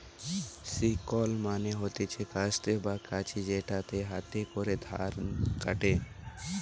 sickle মানে হতিছে কাস্তে বা কাঁচি যেটাতে হাতে করে ধান কাটে